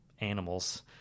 animals